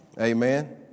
Amen